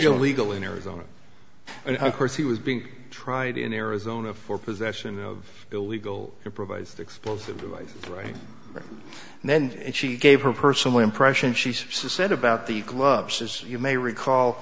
illegal in arizona and of course he was being tried in arizona for possession of illegal improvised explosive devices right then and she gave her personal impression she said about the club says you may recall